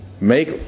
make